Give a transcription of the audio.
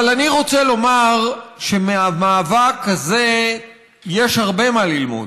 אבל אני רוצה לומר שמהמאבק הזה יש הרבה מה ללמוד.